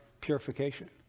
purification